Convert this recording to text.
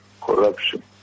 corruption